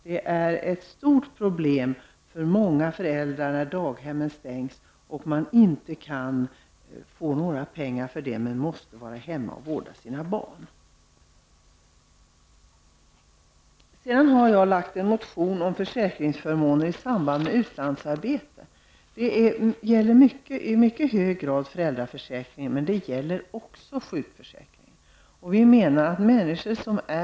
Det är ett stort problem för många föräldrar när daghem stängs och de inte får ersättning när de måste vara hemma hos barnen. Jag har också väckt en motion om försäkringsförmåner i samband med utlandsarbete. Här kommer i mycket hög grad föräldraförsäkringen men också sjukförsäkringen in i bilden.